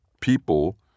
People